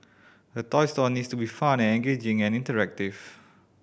a toy store needs to be fun and engaging and interactive